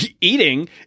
Eating